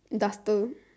duster